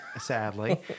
sadly